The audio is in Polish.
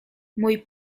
mój